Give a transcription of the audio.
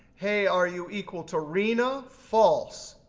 hey, are you equal to rina? false.